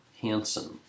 Hansen